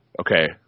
okay